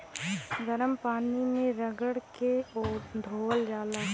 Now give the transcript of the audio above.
गरम पानी मे रगड़ के धोअल जाला